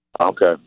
Okay